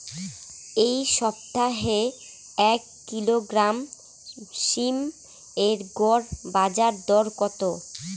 এই সপ্তাহে এক কিলোগ্রাম সীম এর গড় বাজার দর কত?